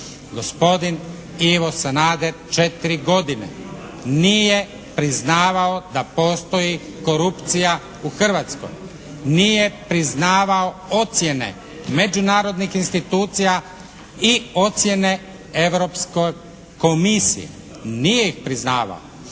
Gospodin Ivo Sanader 4 godine nije priznavao da postoji korupcija u Hrvatskoj. Nije priznavao ocjene međunarodnih institucija i ocjene Europske komisije. Nije ih priznavao.